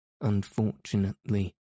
Unfortunately